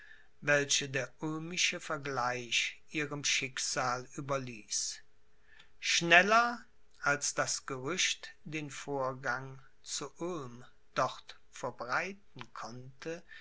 welche der ulmische vergleich ihrem schicksal überließ schneller als das gerücht den vorgang zu ulm dort verbreiten konnte